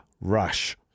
Rush